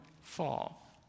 fall